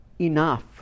enough